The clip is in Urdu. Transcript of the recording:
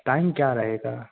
ٹائم کیا رہے گا